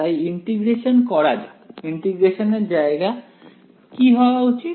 তাই ইন্টিগ্রেশন করা যাক ইন্টিগ্রেশন এর জায়গা কি হওয়া উচিত